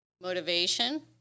motivation